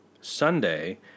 Sunday